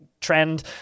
trend